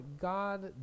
God